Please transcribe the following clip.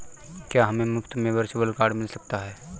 क्या हमें मुफ़्त में वर्चुअल कार्ड मिल सकता है?